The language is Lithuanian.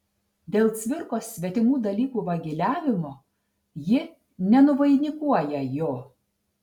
dėl cvirkos svetimų dalykų vagiliavimo ji nenuvainikuoja jo